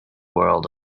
world